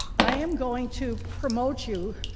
i am going to promote you